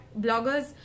bloggers